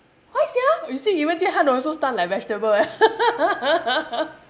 why sia you see even jian han also stun like vegetable eh